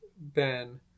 Ben